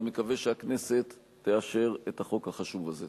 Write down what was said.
ומקווה שהכנסת תאשר את החוק החשוב הזה.